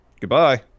goodbye